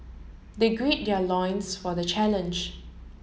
they grid their loins for the challenge